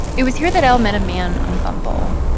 it was here that l met a man on bumble.